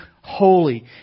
holy